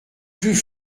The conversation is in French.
plus